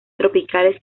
tropicales